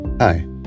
Hi